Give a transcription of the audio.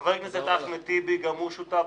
חבר הכנסת אחמד טיבי הוא גם שותף.